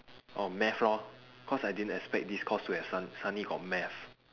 orh maths lor cause I didn't expect this course to have sud~ suddenly got math